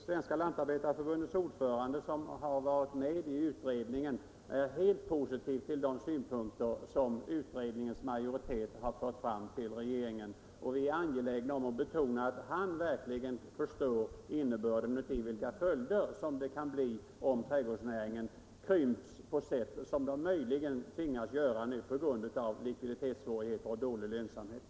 Svenska lantarbetareförbundets ordförande, som har varit med i ut redningen, är helt positiv till de synpunkter som utredningens majoritet — Nr 87 har fört fram till regeringen. Vi är angelägna om att betona att han verk Torsdagen den ligen förstår vilka följder det skulle bli om trädgårdsnäringen krymps 22 maj 1975 på sätt som den nu möjligen tvingas göra på grund av likviditetssvå righeter och dålig lönsamhet.